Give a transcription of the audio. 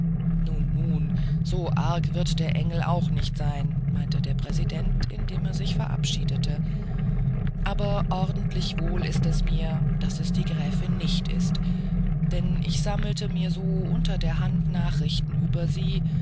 schönes nun nun so arg wird der engel auch nicht sein meinte der präsident indem er sich verabschiedete aber ordentlich wohl ist es mir daß es die gräfin nicht ist denn ich sammelte mir so unter der hand nachrichten über sie